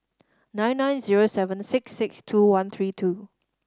nine nine zero seven six six two one three two